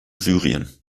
syrien